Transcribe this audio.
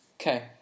Okay